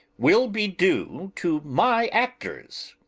will be due to my actors.